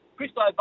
Christo